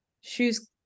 shoes